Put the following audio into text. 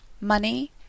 money